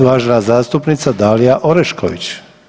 Uvažena zastupnica Dalija Orešković.